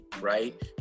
right